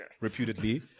reputedly